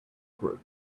group